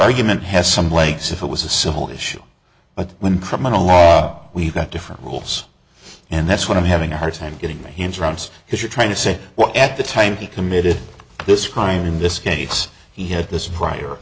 argument has some legs if it was a simple issue but when criminal law we've got different rules and that's what i'm having a hard time getting my hands or arms because you're trying to say well at the time he committed this crime in this case he had this prior